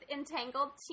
Entangled